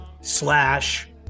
slash